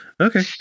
Okay